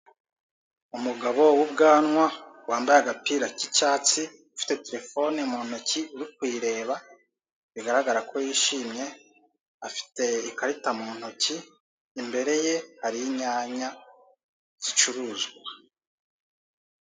Umugabo w'ubwanwa wambaye agapira k'icyatsi, ufite telefoni mu ntoki, uri kuyireba bigaragara ko yishimye, afite ikarita mu ntoki, imbere ye hari inyanya zicuruzwa.